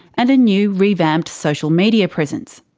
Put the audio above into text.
and a new, revamped social media presence?